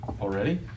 already